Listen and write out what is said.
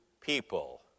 people